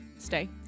stay